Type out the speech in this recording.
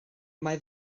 mae